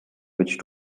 which